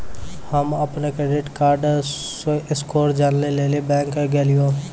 हम्म अपनो credit card score जानै लेली बैंक गेलियै